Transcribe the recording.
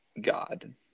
god